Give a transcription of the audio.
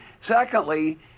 Secondly